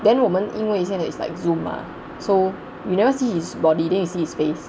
then 我们因为现在 it's like Zoom mah so we never see his body then you see his face